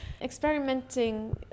Experimenting